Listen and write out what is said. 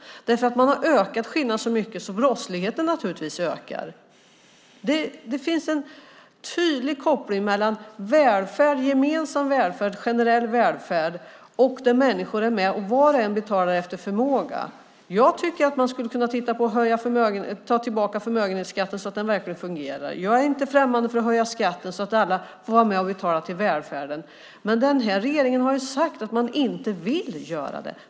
Man har ökat skillnaderna så mycket att brottsligheten naturligtvis ökar. Det finns en tydlig koppling mellan gemensam välfärd, generell välfärd och där människor är med och var och en betalar efter förmåga. Jag tycker att man skulle kunna titta på att ta tillbaka förmögenhetsskatten så att den verkligen fungerar. Jag är inte främmande för att höja skatten så att alla får vara med och betala till välfärden. Men den här regeringen har sagt att man inte vill göra det.